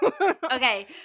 okay